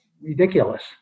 ridiculous